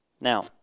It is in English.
Now